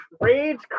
rage